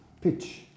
pitch